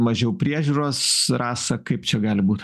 mažiau priežiūros rasa kaip čia gali būt